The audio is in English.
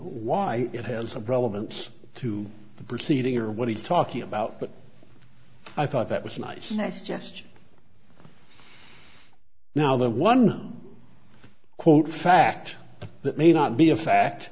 why it has a problem and to the proceeding or what he's talking about but i thought that was nice nice just now that one quote fact that may not be a fact